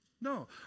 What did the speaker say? No